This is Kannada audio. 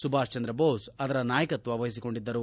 ಸುಭಾಷ್ ಚಂದ್ರ ಬೋಸ್ ಅದರ ನಾಯಕತ್ವ ವಹಿಸಿಕೊಂಡಿದ್ದರು